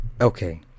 okay